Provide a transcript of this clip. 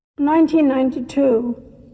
1992